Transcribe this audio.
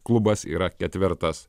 klubas yra ketvertas